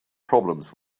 problems